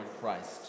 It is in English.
Christ